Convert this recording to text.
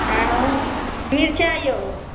ऐं मिरचाइ यौ